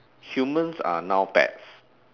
humans are now pets